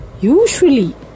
Usually